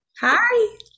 hi